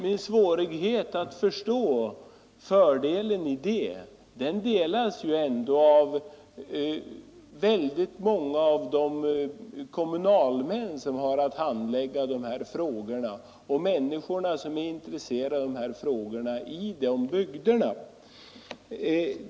Min svårighet att förstå fördelen med det delas ändå av väldigt många av de kommunalmän som har att handlägga de här frågorna och av människorna som är intresserade av dem i de här bygderna.